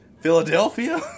Philadelphia